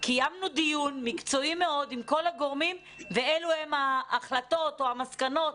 קיימנו דיון מקצועי מאוד עם כל הגורמים ואלו הן ההחלטות או המסקנות.